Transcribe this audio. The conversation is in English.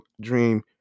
dream